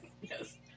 Yes